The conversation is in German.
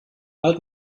halt